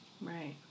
Right